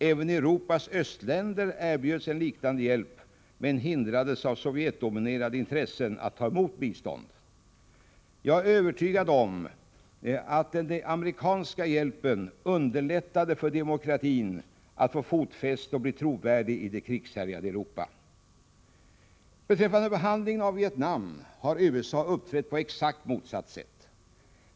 Även Europas östländer erbjöds en liknande hjälp men hindrades av Sovjetdominerade intressen att ta emot bistånd. Jag är övertygad om att den amerikanska hjälpen underlättade för demokratin att få fäste och bli trovärdig i det krigshärjade Europa. Beträffande behandlingen av Vietnam har USA uppträtt på ett exakt motsatt sätt.